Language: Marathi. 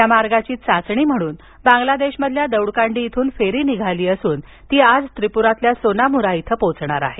या मार्गाची चाचणी म्हणून बांगलादेशमधील दौडकंडी इथ्रन फेरी निघाली असून ती आज त्रिपुरातील सोनामुरा इथं पोचणार आहे